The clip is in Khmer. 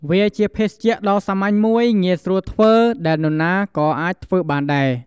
វាជាភេសជ្ជៈដ៏សាមញ្ញមួយ ងាយស្រួលធ្វើ ដែលនរណាក៏អាចធ្វើបានដែរ។